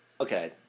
okay